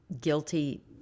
guilty